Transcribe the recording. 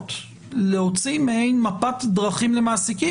לפחות להוציא מעין מפת דרכים למעסיקים.